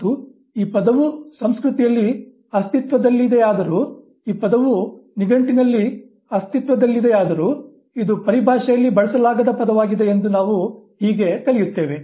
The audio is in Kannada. ಮತ್ತು ಈ ಪದವು ಸಂಸ್ಕೃತಿಯಲ್ಲಿ ಅಸ್ತಿತ್ವದಲ್ಲಿದೆಯಾದರೂ ಈ ಪದವು ನಿಘಂಟಿನಲ್ಲಿ ಅಸ್ತಿತ್ವದಲ್ಲಿದೆಯಾದರೂ ಇದು ಪರಿಭಾಷೆಯಲ್ಲಿ ಬಳಸಲಾಗದ ಪದವಾಗಿದೆ ಎಂದು ನಾವು ಹೀಗೆ ಕಲಿಯುತ್ತೇವೆ